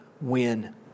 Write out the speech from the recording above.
win